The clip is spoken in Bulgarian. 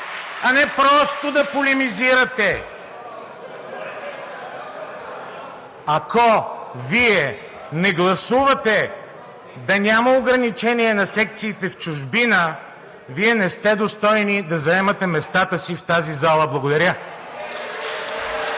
и реплики в ГЕРБ-СДС.) Ако Вие не гласувате да няма ограничения на секциите в чужбина, Вие не сте достойни да заемате местата си в тази зала. Благодаря.